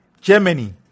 Germany